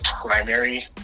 primary